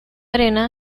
arena